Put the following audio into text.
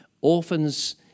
Orphans